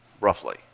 roughly